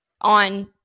on